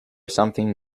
something